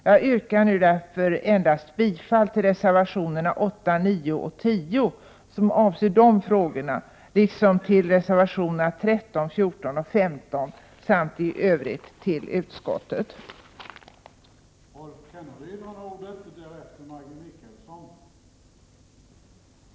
Jag yrkar därför nu endast bifall till reservationerna 8, 9 och 10, vilka avser dessa frågor, liksom till reservationerna 13, 14 och 15 samt i övrigt till utskottets hemställan.